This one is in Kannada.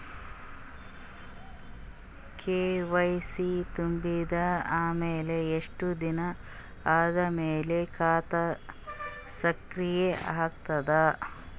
ಕೆ.ವೈ.ಸಿ ತುಂಬಿದ ಅಮೆಲ ಎಷ್ಟ ದಿನ ಆದ ಮೇಲ ಖಾತಾ ಸಕ್ರಿಯ ಅಗತದ?